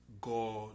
God